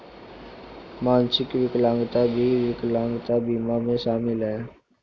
मानसिक विकलांगता भी विकलांगता बीमा में शामिल हैं